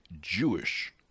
Jewish